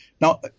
Now